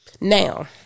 Now